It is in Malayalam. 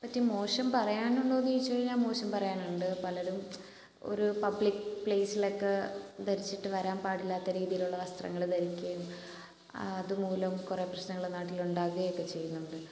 പറ്റി മോശം പറയാനുണ്ടോ എന്ന് ചോദിച്ചു കഴിഞ്ഞാൽ മോശം പറയാനുണ്ട് പലരും ഒരു പബ്ലിക് പ്ലേസിലൊക്കെ ധരിച്ചിട്ട് വരാൻ പാടില്ലാത്ത രീതിയിലുള്ള വസ്ത്രങ്ങൾ ധരിക്കുകയും അത് മൂലം കുറെ പ്രശ്നങ്ങൾ നാട്ടിൽ ഉണ്ടാവുകയൊക്കെ ചെയ്യുന്നുണ്ട്